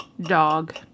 Dog